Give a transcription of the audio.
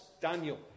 Daniel